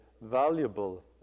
valuable